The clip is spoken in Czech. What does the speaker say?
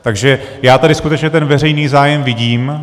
Takže já tady skutečně ten veřejný zájem vidím.